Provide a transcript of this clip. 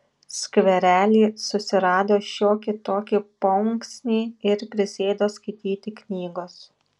skverely susirado šiokį tokį paunksnį ir prisėdo skaityti knygos